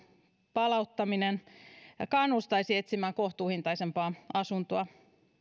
palauttaminen kannustaisi etsimään kohtuuhintaisempaa asuntoa